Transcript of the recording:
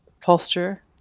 posture